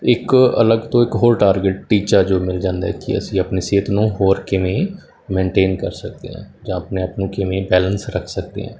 ਇੱਕ ਅਲੱਗ ਤੋਂ ਇੱਕ ਹੋਰ ਟਾਰਗੇਟ ਟੀਚਾ ਜੋ ਮਿਲ ਜਾਂਦਾ ਹੈ ਕਿ ਅਸੀਂ ਆਪਣੀ ਸਿਹਤ ਨੂੰ ਹੋਰ ਕਿਵੇਂ ਮੇਨਟੇਨ ਕਰ ਸਕਦੇ ਹਾਂ ਜਾਂ ਆਪਣੇ ਆਪ ਨੂੰ ਕਿਵੇਂ ਬੈਲੰਸ ਰੱਖ ਸਕਦੇ ਹਾਂ